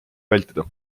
vältida